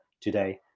today